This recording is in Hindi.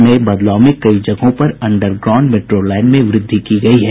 नये बदलाव में कई जगहों पर अंडर ग्राउंड मेट्रो लाईन में वृद्धि की गयी है